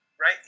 Right